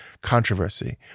controversy